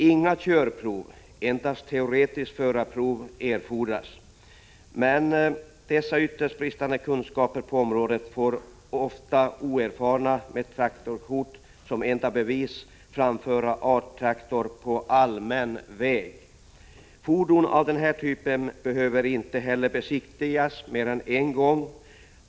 Inga körprov, endast teoretiskt förarprov, erfordras. Med dessa ytterst bristande kunskaper på området får oerfarna ungdomar framföra A-traktor på allmän väg — det räcker med att ha ett traktorkort. Fordon av den här typen behöver inte heller besiktigas mer än en gång.